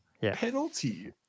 Penalty